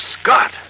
Scott